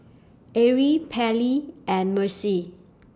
Arely Pallie and Mercer